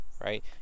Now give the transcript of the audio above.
right